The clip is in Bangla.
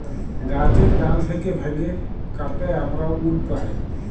গাহাচের ডাল থ্যাইকে ভাইঙে কাটে আমরা উড পায়